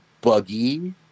buggy